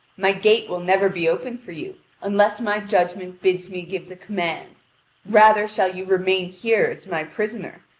my gate will never be opened for you unless my judgment bids me give the command rather shall you remain here as my prisoner.